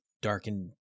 darkened